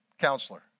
counselor